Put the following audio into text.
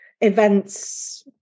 events